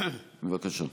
בבקשה.